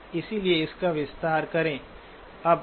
इसलिए इसका विस्तार करें